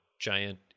giant